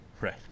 right